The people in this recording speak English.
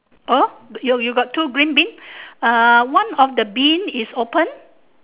per you you got two green bin uh one of the bin is open